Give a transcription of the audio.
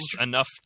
enough